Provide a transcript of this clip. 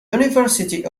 university